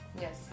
Yes